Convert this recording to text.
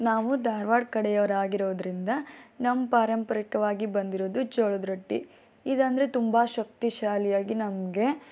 ನಾವು ಧಾರ್ವಾಡ ಕಡೆಯವರಾಗಿರೋದ್ರಿಂದ ನಮ್ಮ ಪಾರಂಪರಿಕವಾಗಿ ಬಂದಿರೋದು ಜೋಳದ ರೊಟ್ಟಿ ಇದಂದರೆ ತುಂಬ ಶಕ್ತಿಶಾಲಿಯಾಗಿ ನಮಗೆ